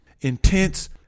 intense